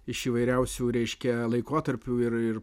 iš įvairiausių reiškia laikotarpių ir ir